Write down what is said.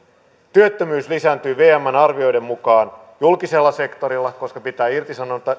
työttömyys lisääntyy vmn arvioiden mukaan julkisella sektorilla koska pitää irtisanoa